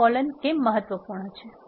આ કોલોન કેમ મહત્વપૂર્ણ છે